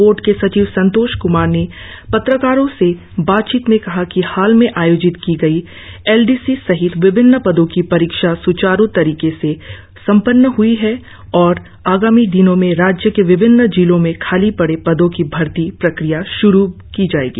board के सचिव संतोष क्मार ने पत्रकारो से बातचीत में कहा कि हाल में आयोजित की गई एल डी सी सहित विभिन्न पदों की परीक्षा स्चारु तरीके से संपन्न हई है और आगामी दिनों में राज्य के विभिन्न जिलों में खाली पड़े पदो की भर्ती प्रक्रिया शुरु की जाएगी